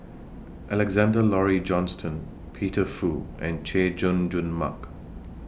Alexander Laurie Johnston Peter Fu and Chay Jung Jun Mark